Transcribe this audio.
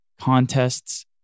contests